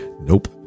nope